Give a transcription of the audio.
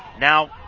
Now